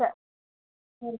సరే